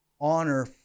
Honor